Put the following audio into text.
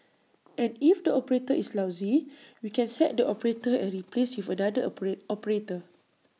and if the operator is lousy we can sack the operator and replace with another operate operator